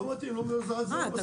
אני